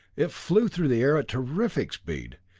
it flew through the air at terrific speed.